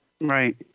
right